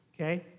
okay